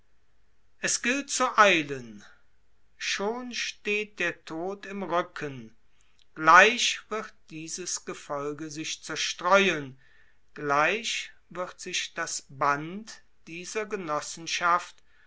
es gibt zu eilen schon steht im rücken gleich wird dieses gefolge sich zerstreuen gleich wird sich dieser genossenschaft